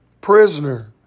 prisoner